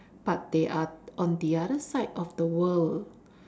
but they are on the other side of the world